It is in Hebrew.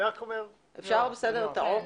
כן,